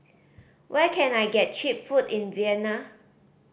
where can I get cheap food in Vienna